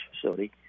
facility